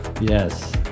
yes